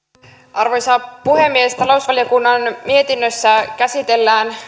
arvoisa puhemies talousvaliokunnan mietinnössä käsitellään